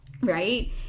Right